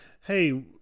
hey